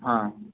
हां